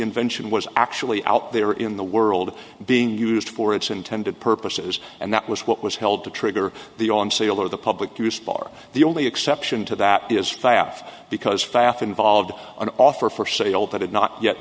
invention was actually out there in the world being used for its intended purposes and that was what was held to trigger the on sale or the public use bar the only exception to that is five because fatih involved an offer for sale that had not yet